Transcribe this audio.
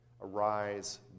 Arise